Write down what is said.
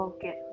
Okay